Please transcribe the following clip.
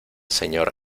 señor